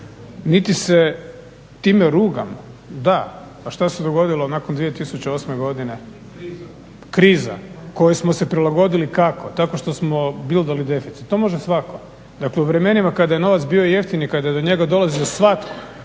niti se time rugam. Da, a šta se dogodilo nakon 2008. godine? …/Upadica: Kriza./… … Kriza, kojoj smo se prilagodili kako? Tako što smo bildali deficit. To može svatko. Dakle, u vremenima kada je novac bio jeftini i kada je do njega dolazio svatko